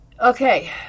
Okay